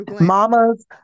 Mamas